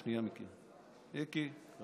שנייה, מיקי.